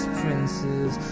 princes